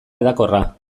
hedakorra